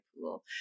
pool